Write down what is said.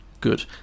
Good